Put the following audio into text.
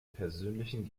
persönlichen